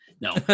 No